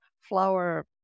flower